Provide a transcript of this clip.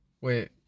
Wait